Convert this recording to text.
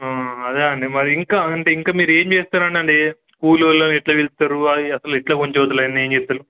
అదే అండి మరి ఇంకా అంటే ఇంకా మీరు ఏం చేస్తారండి కూలీ వాళ్ళను ఎట్లా పిలుస్తారు అ అసలు ఎట్లా కొంచె చవుతులీ ఏం చేస్తలు